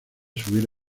subir